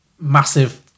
massive